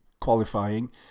qualifying